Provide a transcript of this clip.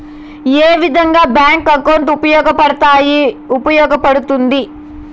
ఏ విధంగా bank account ఉపయోగపడతాయి పడ్తుంది